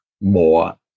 more